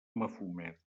mafumet